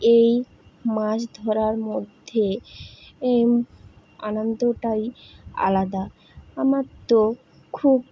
এই মাছ ধরার মধ্যে আনন্দটাই আলাদা আমার তো খুব